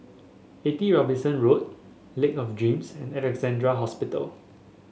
Eighty Robinson Road Lake of Dreams and Alexandra Hospital